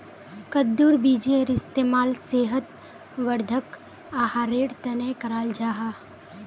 कद्दुर बीजेर इस्तेमाल सेहत वर्धक आहारेर तने कराल जाहा